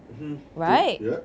mmhmm true ya